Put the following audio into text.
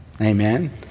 Amen